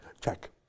check